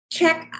check